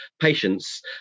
patients